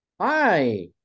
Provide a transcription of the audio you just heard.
Hi